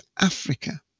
Africa